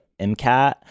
MCAT